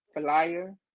flyer